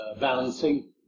balancing